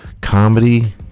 Comedy